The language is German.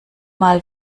mal